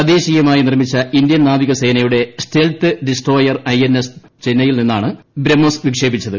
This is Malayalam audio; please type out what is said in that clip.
തദ്ദേശീയമായി നിർമ്മിച്ച ഇന്ത്യൻ നാവികസേനയുടെ സ്റ്റെൽത്ത് ഡിസ്ട്രോയർ ഐഎൻഎസ്റ് ചെന്നൈയിൽ നിന്നാണ് ബ്രഹ്മോസ് വിക്ഷേപിച്ചത്